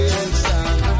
inside